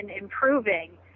improving